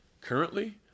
currently